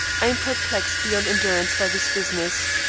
i am perplexed beyond endurance by this business.